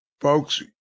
folks